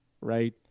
right